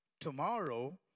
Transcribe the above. Tomorrow